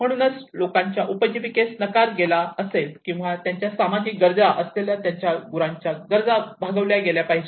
म्हणूनच लोकांच्या उपजीविकेस नकार दिला गेला असेल किंवा त्यांच्या सामाजिक गरजा असलेल्या त्यांच्या गुरांच्या गरजा भागवल्या पाहिजेत